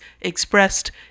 expressed